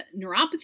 neuropathy